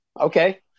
Okay